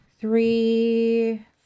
three